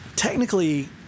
technically